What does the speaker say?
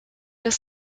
des